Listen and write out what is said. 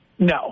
No